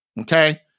Okay